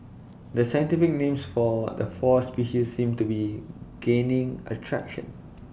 the scientific names for the four species seem to be gaining A traction